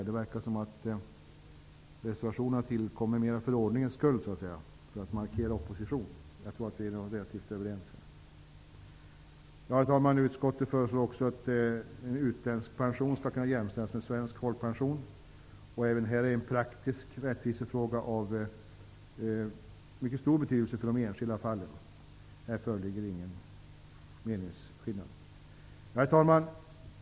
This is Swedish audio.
Det verkar som att reservationen har tillkommit mera för ordningens skull, för att markera opposition. Jag tror att vi egentligen är relativt överens. Herr talman! Utskottet föreslår också att utländsk pension skall kunna jämställas med svensk folkpension. Även det är en praktisk rättvisefråga av mycket stor betydelse i de enskilda fallen. Här föreligger ingen meningsskillnad. Herr talman!